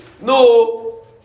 no